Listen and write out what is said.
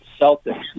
Celtics